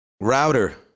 Router